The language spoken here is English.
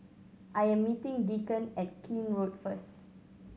I am meeting Deacon at Keene Road first